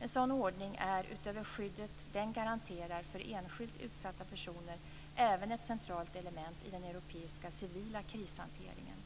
En sådan ordning är utöver det skydd som den garanterar för enskilt utsatta personer även ett centralt element i den europeiska civila krishanteringen.